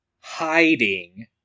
hiding